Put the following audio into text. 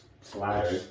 slash